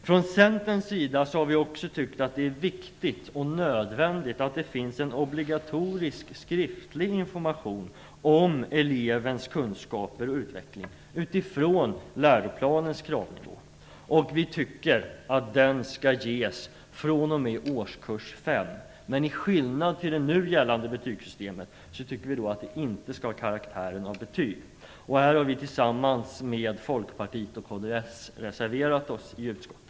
Från Centerns sida har vi också tyckt att det är viktigt och nödvändigt att det finns en obligatorisk, skriftlig information om elevens kunskaper och utveckling, utifrån läroplanens kravnivå. Vi tycker att den skall ges fr.o.m. årskurs 5. Men till skillnad från det nu gällande betygssystemet skall det inte ha karaktären av betyg. Här har vi tillsammans med Folkpartiet och kds reserverat oss i utskottet.